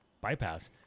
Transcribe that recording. bypass